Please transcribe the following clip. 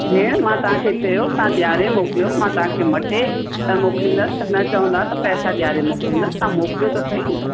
भेण मां तव्हांखे चयो तव्हां ॾेयारे मोकिलियो मां तव्हांखे मटे मोकिलिंदसि त न चवंदा त पैसा ॾेयारे मोकिलिंदसि तव्हां मोकिलियो त सही